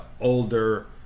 older